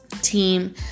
team